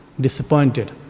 disappointed